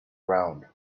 round